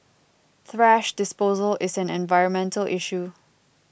thrash disposal is an environmental issue